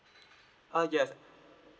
uh yes